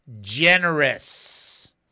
generous